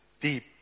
deep